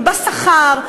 בשכר,